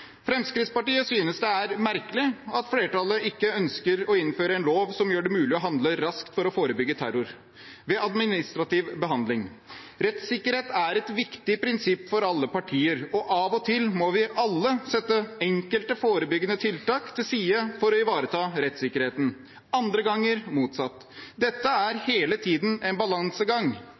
Fremskrittspartiet synes det er merkelig at flertallet ikke ønsker å innføre en lov som gjør det mulig å handle raskt for å forebygge terror, ved administrativ behandling. Rettssikkerhet er et viktig prinsipp for alle partier, og av og til må vi alle sette enkelte forebyggende tiltak til side for å ivareta rettssikkerheten, andre ganger motsatt. Dette er hele tiden en balansegang,